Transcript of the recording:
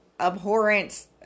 abhorrent